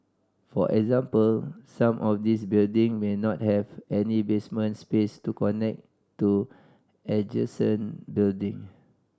for example some of these buildings may not have any basement space to connect to adjacent buildings